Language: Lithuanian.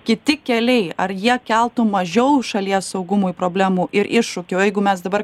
kiti keliai ar jie keltų mažiau šalies saugumui problemų ir iššūkių o jeigu mes dabar